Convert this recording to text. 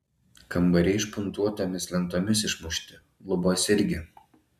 kambariai špuntuotomis lentomis išmušti lubos irgi